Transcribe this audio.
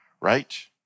right